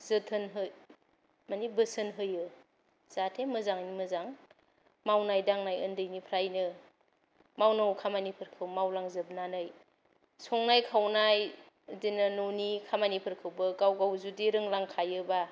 जोथोनहै मानि बोसोन होयो जाहाथे मोजाङैनो मोजां मावनाय दांनाय ओन्दैनिफ्रायनो मावनांगौ खामानिफोरखौ मावलांजोबनानै संनाय खावनाय बिदिनो न'नि खामानिफोरखौबो गाव गाव जुदि रोंलांखायोबा